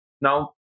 Now